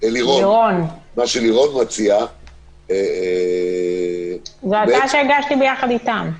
השלב שלירון מציעה --- זו הצעה שהגשתי ביחד איתם.